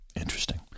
Interesting